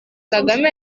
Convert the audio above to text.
kagame